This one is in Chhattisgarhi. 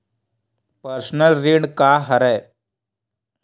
पर्सनल ऋण का हरय?